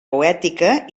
poètica